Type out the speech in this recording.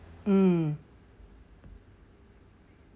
mm